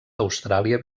austràlia